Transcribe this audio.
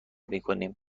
میکنیم